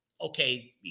okay